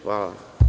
Hvala.